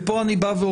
ופה אני אומר,